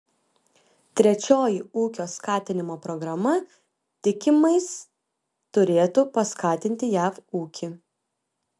trečioji ūkio skatinimo programa tikimais turėtų paskatinti jav ūkį